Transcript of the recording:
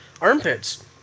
armpits